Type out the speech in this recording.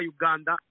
Uganda